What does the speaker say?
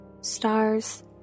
stars